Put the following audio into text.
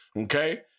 okay